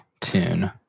tune